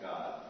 God